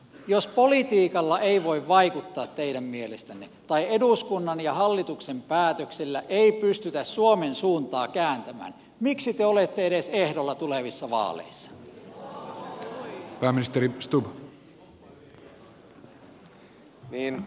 jos politiikalla ei teidän mielestänne voi vaikuttaa tai eduskunnan ja hallituksen päätöksillä ei pystytä suomen suuntaa kääntämään miksi te olette edes ehdolla tulevissa vaaleissa